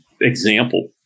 example